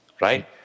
Right